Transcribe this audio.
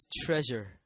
treasure